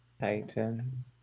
Titan